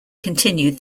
continued